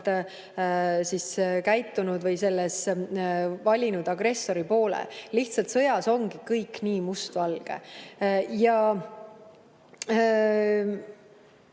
käitunud või valinud agressori poole. Lihtsalt, sõjas ongi kõik nii mustvalge.